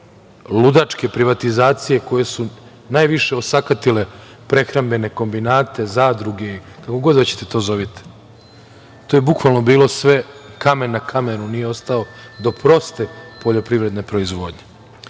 ludačke privatizacije koje su najviše osakatile prehrambene kombinate, zadruge, kako god hoćete to zovite. To je bukvalno bilo sve, kamen na kamenu nije ostao, do proste poljoprivredne proizvodnje. Kada